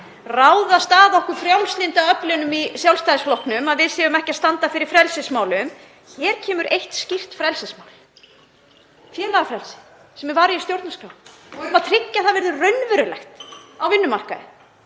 ráðast að okkur frjálslyndu öflunum í Sjálfstæðisflokknum fyrir það að við stöndum ekki fyrir frelsismálum. Hér kemur eitt skýrt frelsismál, félagafrelsi, sem er varið í stjórnarskrá. Við viljum tryggja að það verði raunverulegt á vinnumarkaði.